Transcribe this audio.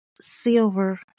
silver